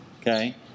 okay